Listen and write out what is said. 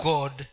God